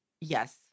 Yes